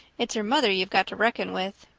it's her mother you've got to reckon with.